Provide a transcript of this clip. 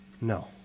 No